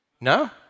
No